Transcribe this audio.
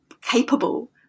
capable